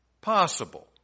possible